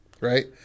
right